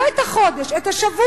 לא את החודש, את השבוע.